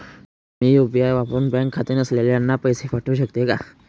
मी UPI वापरुन bank खाते नसलेल्यांना पैसे पाठवू शकते का?